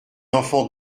enfant